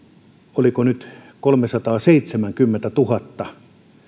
oliko nyt niin että kolmesataaseitsemänkymmentätuhatta